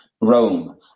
Rome